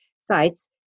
sites